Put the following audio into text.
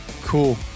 Cool